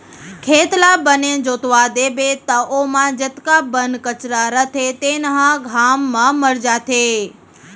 खेत ल बने जोतवा देबे त ओमा जतका बन कचरा रथे तेन ह घाम म मर जाथे